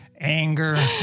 Anger